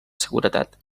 seguretat